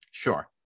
Sure